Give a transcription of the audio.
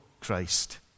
Christ